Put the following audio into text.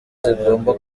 zigomba